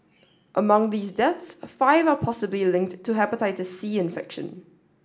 among these deaths five are possibly linked to Hepatitis C infection